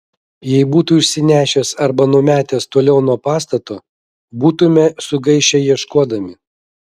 jei būtų išsinešęs arba numetęs toliau nuo pastato būtumėme sugaišę ieškodami